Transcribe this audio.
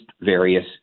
various